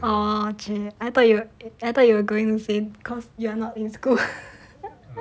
oh !chey! I thought you I thought you going to say cause you are not in school